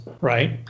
right